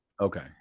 Okay